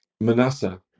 manasseh